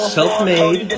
self-made